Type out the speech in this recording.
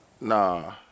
Nah